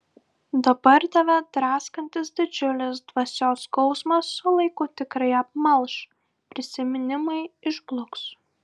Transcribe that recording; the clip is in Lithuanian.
dabar tave draskantis didžiulis dvasios skausmas su laiku tikrai apmalš prisiminimai išbluks